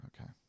Okay